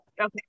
okay